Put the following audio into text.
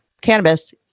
cannabis